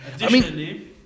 Additionally